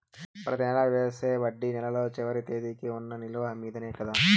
ప్రతి నెల వేసే వడ్డీ నెలలో చివరి తేదీకి వున్న నిలువ మీదనే కదా?